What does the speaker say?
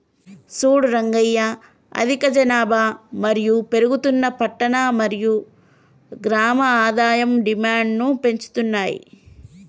సూడు రంగయ్య అధిక జనాభా మరియు పెరుగుతున్న పట్టణ మరియు గ్రామం ఆదాయం డిమాండ్ను పెంచుతున్నాయి